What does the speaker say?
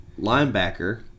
linebacker